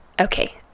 Okay